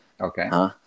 Okay